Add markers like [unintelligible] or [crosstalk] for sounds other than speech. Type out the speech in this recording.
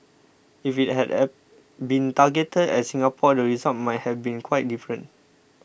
if it had [unintelligible] been targeted at Singapore the results might have been quite different